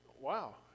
wow